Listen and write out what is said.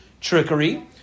trickery